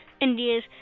India's